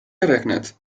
gerechnet